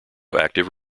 active